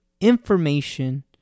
information